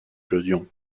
clodion